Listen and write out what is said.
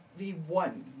V1